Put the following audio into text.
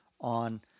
on